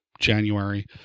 January